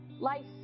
Life